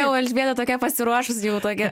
jau elžbieta tokia pasiruošus jau tokia